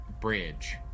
bridge